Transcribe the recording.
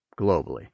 globally